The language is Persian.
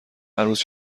عروس